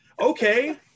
Okay